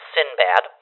Sinbad